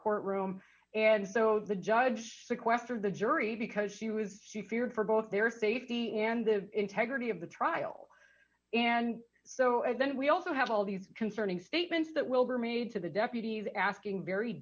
courtroom and so the judge sequester the jury because she was she feared for both their safety and the integrity of the trial and so then we also have all these concerning statements that wilber made to the deputies asking very